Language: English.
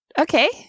Okay